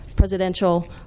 presidential